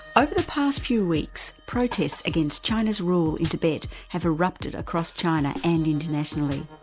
over the past few weeks, protests against china's rule in tibet have erupted across china and internationally.